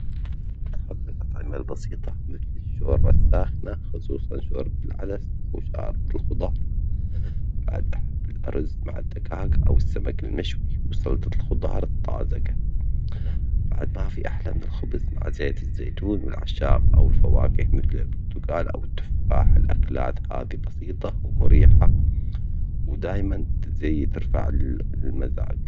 أحب الأطعمة البسيطة مثل الشوربة الساخنة، خصوصًا شوربة العدس وشوربة الخضار، بعد، أحب الأرز مع الدجاج أو السمك المشوي، وسلطة الخضار الطازجة، بعد ما في أحلى من الخبز مع زيت الزيتون والأعشاب أو الفواكه مثل البرتقال أو التفاح، الأكلات هذه بسيطة ومريحة ودايمًا تزيد ترفع المزاج.